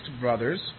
brothers